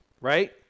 right